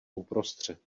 uprostřed